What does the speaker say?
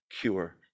cure